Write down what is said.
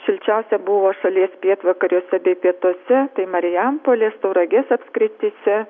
šilčiausia buvo šalies pietvakariuosebei pietuose marijampolės tauragės apskrityse